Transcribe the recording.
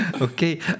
Okay